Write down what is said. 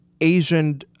Asian